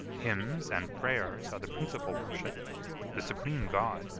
hymns and prayers are the principal worship the supreme god,